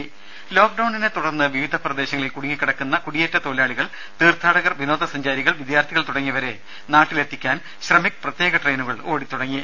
രുമ ലോക്ക്ഡൌണിനെ തുടർന്ന് വിവിധ പ്രദേശങ്ങളിൽ കുടുങ്ങിക്കിടക്കുന്ന കുടിയേറ്റ തൊഴിലാളികൾ തീർത്ഥാടകർ വിനോദ സഞ്ചാരികൾ വിദ്യാർഥികൾ തുടങ്ങിയവരെ നാട്ടിലെത്തിക്കാൻ ശ്രമിക് പ്രത്യേക ട്രെയിനുകൾഓടിത്തുടങ്ങി